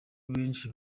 benshi